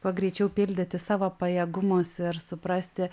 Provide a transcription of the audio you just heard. kuo greičiau pildyti savo pajėgumus ir suprasti